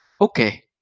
okay